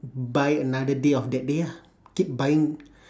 buy another day of that day ah keep buying